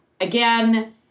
again